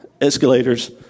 escalators